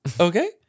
okay